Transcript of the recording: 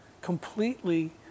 completely